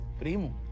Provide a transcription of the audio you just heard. Primo